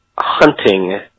hunting